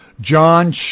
John